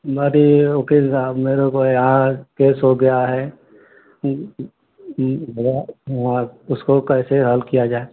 न अरे वक़ील साहब मेरे को यहाँ केस हो गया है वहाँ उसको कैसे हल किया जाए